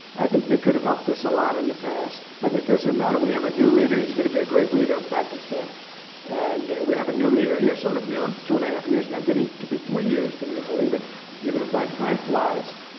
i think they could have helped us a lot in the past but it doesn't matter. we have a new leader. he's going to be a great leader of pakistan and we have a new leader here sort of knew him two and a half years now getting to be three years can you believe it you're gonna find time flies,